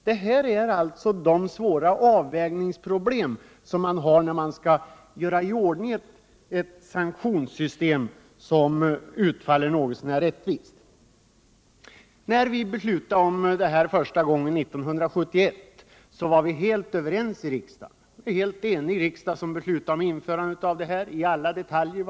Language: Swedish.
Detta är de svåra avvägningsproblem som man har att ta hänsyn till när man vill utforma ett sanktionssvstem som blir något så när rättvist. När riksdagen år 1971 fattade beslut om detta sanktionssystem var riksdagen helt enig i alla detaljer.